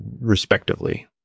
respectively